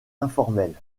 informelle